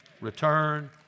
Return